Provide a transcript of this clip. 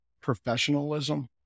Professionalism